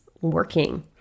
working